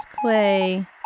Clay